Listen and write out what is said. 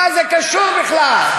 מה זה קשור בכלל?